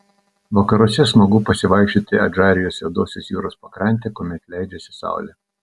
vakaruose smagu pasivaikščioti adžarijos juodosios jūros pakrante kuomet leidžiasi saulė